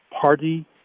party